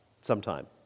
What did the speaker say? sometime